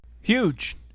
Huge